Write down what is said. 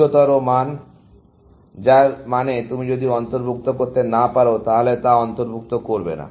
উচ্চতর অনুমান যার মানে তুমি যদি কিছু অন্তর্ভুক্ত করতে না পারো তাহলে তা অন্তর্ভুক্ত করবে না